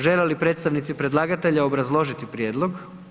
Žele li predstavnici predlagatelja obrazložiti prijedlog?